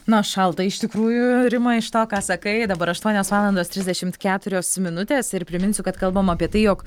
na šalta iš tikrųjų rima iš to ką sakai dabar aštuonios valandos trisdešimt keturios minutės ir priminsiu kad kalbam apie tai jog